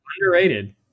Underrated